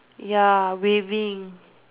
ya waving